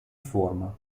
forma